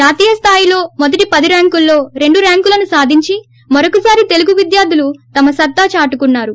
జాతీయ స్లాయిలో మొదటొపది ర్యాంకుల్లో రెండు ర్యాంకులను సాధించి మరొకసారి తెలుగు విద్యార్థులు తమ సత్తా చాటుకున్నారు